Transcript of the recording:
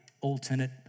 alternate